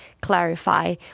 clarify